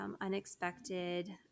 unexpected